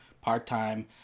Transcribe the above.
part-time